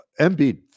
Embiid